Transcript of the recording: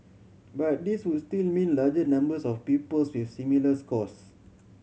but these would still mean larger numbers of pupils with similar scores